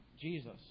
Jesus